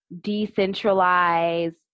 decentralized